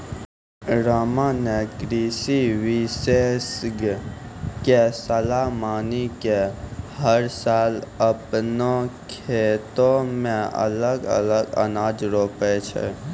रामा नॅ कृषि विशेषज्ञ के सलाह मानी कॅ हर साल आपनों खेतो मॅ अलग अलग अनाज रोपै छै